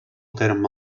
terme